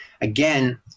again